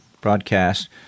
broadcast